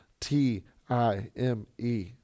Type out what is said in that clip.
T-I-M-E